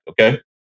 okay